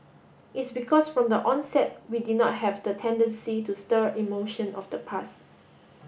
it's because from the onset we did not have the tendency to stir emotion of the past